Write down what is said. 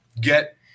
get